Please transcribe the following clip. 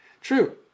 True